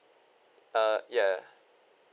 uh ya